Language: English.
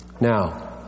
Now